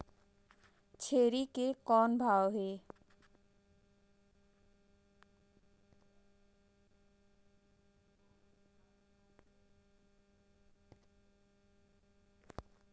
छेरी के कौन भाव हे?